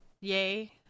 Yay